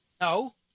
No